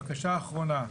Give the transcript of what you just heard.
בקשה אחרונה.